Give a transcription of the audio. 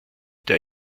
der